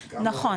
נכון.